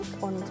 und